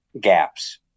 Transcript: gaps